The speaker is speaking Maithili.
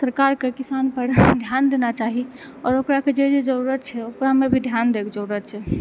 सरकारके किसान पर ध्यान देना चाही आओँर ओकराके जे जे जरुरत छै ओकरामे भी ध्यान दै के जरुरत छै